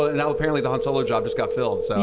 ah now apparently the han solo job just got filled, so.